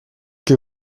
que